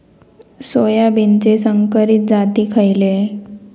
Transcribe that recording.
सोयाबीनचे संकरित जाती खयले?